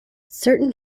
certain